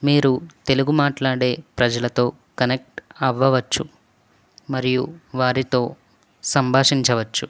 మీరు తెలుగు మాట్లాడే ప్రజలతో కనెక్ట్ అవ్వవచ్చు మరియు వారితో సంభాషించవచ్చు